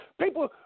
People